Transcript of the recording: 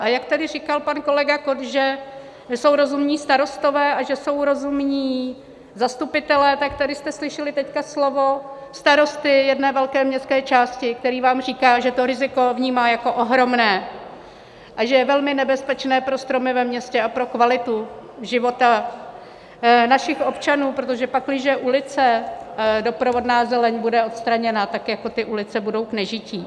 A jak tady říkal pan kolega Kott, že jsou rozumní starostové a že jsou rozumní zastupitelé, tak tady jste slyšeli teď slovo starosty jedné velké městské části, který vám říká, že to riziko vnímá jako ohromné a že je velmi nebezpečné pro stromy ve městě a pro kvalitu života našich občanů, protože pakliže ulice, doprovodná zeleň bude odstraněna, tak ty ulice budou k nežití.